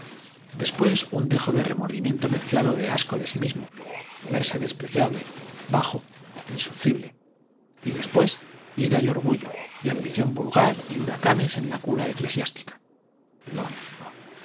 después un dejo de remordimiento mezclado de asco de sí mismo verse despreciable bajo insufrible y después ira y orgullo y ambición vulgar y huracanes en la curia eclesiástica no no